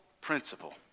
principle